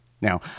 Now